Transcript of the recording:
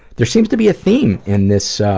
there seems to be a theme in this, so